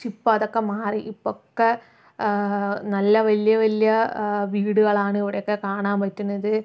പക്ഷേ ഇപ്പോൾ അതൊക്കെ മാറി ഇപ്പോഴൊക്കെ നല്ല വല്ല്യ വല്ല്യ വീടുകളാണ് ഇവിടെയൊക്കെ കാണാൻ പറ്റുന്നത്